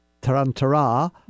tarantara